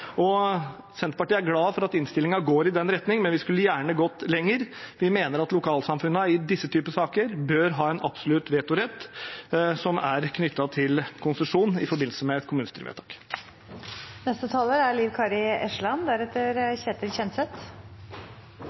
Senterpartiet er glad for at innstillingen går i den retning, men vi skulle gjerne gått lenger. Vi mener at lokalsamfunnene i denne typen saker bør ha en absolutt vetorett som er knyttet til konsesjon i forbindelse med et